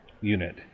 unit